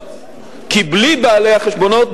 כי בלי בעלי החשבונות,